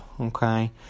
Okay